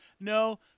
no